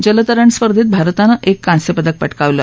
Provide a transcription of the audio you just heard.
जलतरण स्पर्धेत भारतानं एक कांस्य पदक पटकावलं